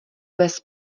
bez